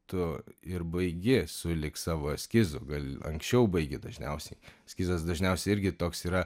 tu ir baigi sulig savo eskizu gal anksčiau baigi dažniausiai eskizas dažniausiai irgi toks yra